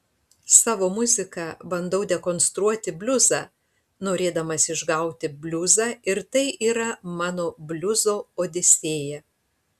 savo muzika bandau dekonstruoti bliuzą norėdamas išgauti bliuzą ir tai yra mano bliuzo odisėja